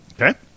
Okay